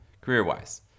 Career-wise